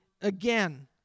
again